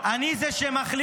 אני אצא לבד.